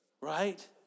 Right